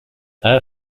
air